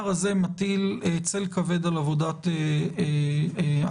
מטיל צל כבד על עבודת הוועדה.